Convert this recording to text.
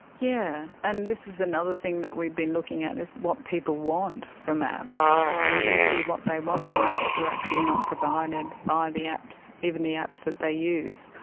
yeah and this is another thing that we've been looking at, is what people want from apps. and usually what they want from apps are actually not provided by the apps, even the apps that they use,